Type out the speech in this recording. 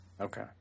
Okay